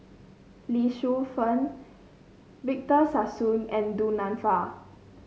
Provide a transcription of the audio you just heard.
Lee Shu Fen Victor Sassoon and Du Nanfa